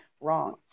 wrong